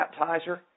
baptizer